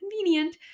convenient